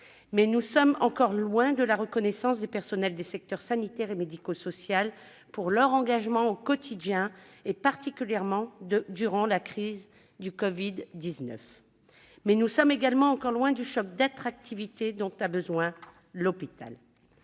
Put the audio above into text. mais nous sommes encore loin de la reconnaissance des personnels des secteurs sanitaire et médico-social pour leur engagement au quotidien, particulièrement durant la crise du covid-19. Mais nous sommes également encore loin du choc d'attractivité dont a besoin l'hôpital.